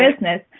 business